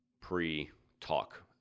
pre-talk